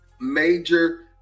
major